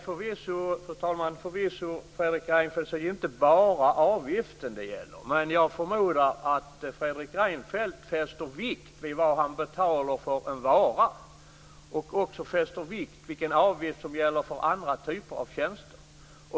Fru talman! Förvisso, Fredrik Reinfeldt, är det inte bara avgiften det gäller. Men jag förmodar att Fredrik Reinfeldt fäster vikt vid vad han betalar för en vara och också vid vilken avgift som gäller för andra typer av tjänster.